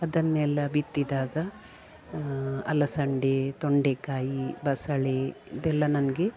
ಅದನ್ನೆಲ್ಲ ಬಿತ್ತಿದಾಗ ಅಲಸಂದೆ ತೊಂಡೆಕಾಯಿ ಬಸಳೆ ಇದೆಲ್ಲ ನನಗೆ